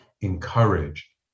encourage